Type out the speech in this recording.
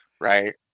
right